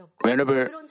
whenever